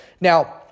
Now